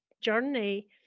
journey